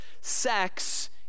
Sex